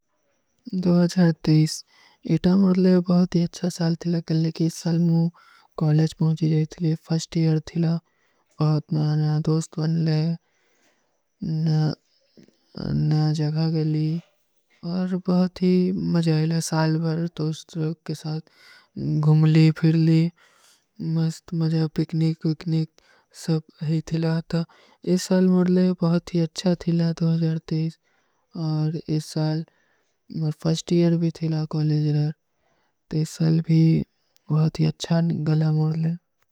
ଇଟା ମୁରଲେ ବହୁତୀ ଅଚ୍ଛା ସାଲ ଥିଲା, କ୍ଯୋଂକି ଇସ ସାଲ ମୁଝେ କଲେଜ ପହୁଂଚୀ ଥିଲା, ଫସ୍ଟ ଏର ଥିଲା, ବହୁତ ନା ନା ଦୋସ୍ଟ ଵନ ଲେ, ନା ଜଗା ଗଲୀ, ଔର ବହୁତୀ ମଜା ଥିଲା, ସାଲ ଭର ଦୋସ୍ଟ ରୋଗ କେ ସାଥ ଘୁମଲୀ, ଫିରଲୀ, ମସ୍ତ ମଜା, ପିକନିକ, ଵିକନିକ, ସ ଜବ ହୀ ଥିଲା ଥା, ଇସ ସାଲ ମୁରଲେ ବହୁତୀ ଅଚ୍ଛା ଥିଲା, ଔର ଇସ ସାଲ ମୁଝେ ଫସ୍ଟ ଏର ଭୀ ଥିଲା, କଲେଜ ରୋଗ, ତେ ଇସ ସାଲ ଭୀ ବହୁତୀ ଅଚ୍ଛା ଗଲା ମୁରଲେ।